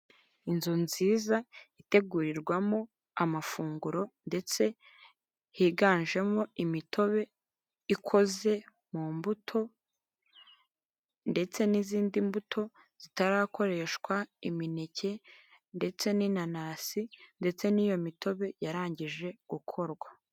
Inzu nziza itegurirwamo amafunguro ndetse higanjemo imitobe ikoze mu mbuto ndetse n'izindi mbuto zitarakoreshwa imineke ndetse n'inanasi ndetse n'iyo mitobe yarangije gukorwa.